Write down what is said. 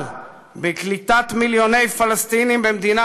אבל בקליטת מיליוני פלסטינים במדינה